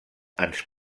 ens